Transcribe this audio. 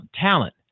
talent